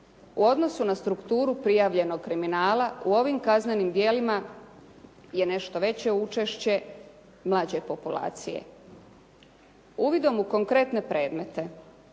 U odnosu na strukturu prijavljenog kriminala u ovim kaznenim djelima je nešto veće učešće mlađe populacije. Uvidom u konkretne predmete